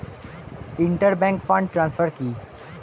Inter bank fund transfer কি?